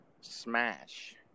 smash